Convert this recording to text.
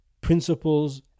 principles